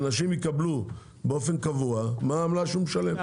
האנשים יקבלו באופן קבוע מה העמלה שהם משלמים.